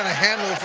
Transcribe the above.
and handle